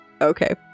Okay